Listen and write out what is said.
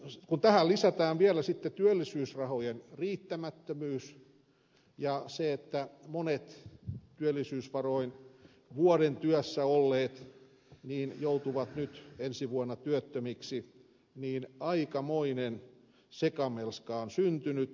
kun tähän lisätään vielä työllisyysrahojen riittämättömyys ja se että monet työllisyysvaroin vuoden työssä olleet joutuvat nyt ensi vuonna työttömiksi niin aikamoinen sekamelska on syntynyt